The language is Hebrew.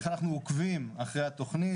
עוקבים אחרי התוכנית.